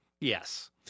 Yes